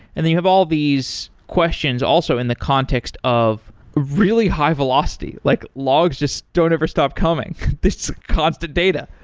and then you have all these these questions also in the context of really high velocity, like logs just don't ever stop coming. there's constant data.